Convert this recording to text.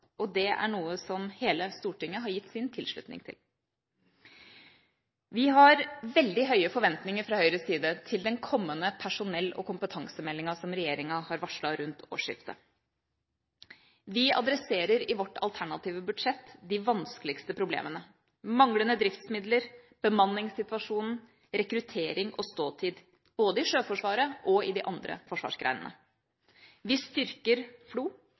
og det er noe hele Stortinget har gitt sin tilslutning til. Fra Høyres side har vi veldig høye forventninger til den kommende personell- og kompetansemeldinga som regjeringa har varslet rundt årsskiftet. Vi adresserer i vårt alternative budsjett de vanskeligste problemene: manglende driftsmidler, bemanningssituasjonen, rekruttering og ståtid – både i Sjøforsvaret og i de andre forsvarsgrenene. Vi styrker FLO.